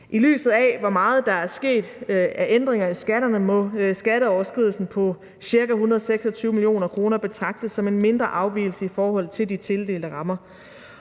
I lyset af hvor meget der er sket af ændringer i skatterne, må skatteoverskridelsen på ca. 126 mio. kr. betragtes som en mindre afvigelse i forhold til de tildelte rammer.